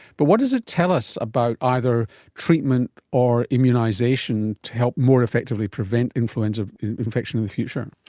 but what does it tell us about either treatment or immunisation to help more effectively prevent influenza infection in the future?